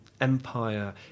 Empire